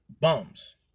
bums